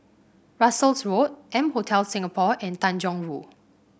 Russels Road M Hotel Singapore and Tanjong Rhu